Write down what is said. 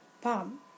palm